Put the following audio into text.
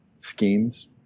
schemes